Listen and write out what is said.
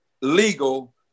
legal